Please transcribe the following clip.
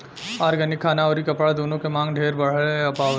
organic खाना अउरी कपड़ा दूनो के मांग ढेरे बढ़ल बावे